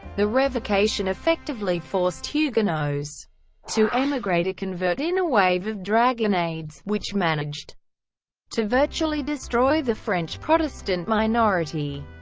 the revocation effectively forced huguenots to emigrate or convert in a wave of dragonnades, which managed to virtually destroy the french protestant minority.